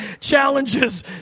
challenges